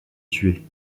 tué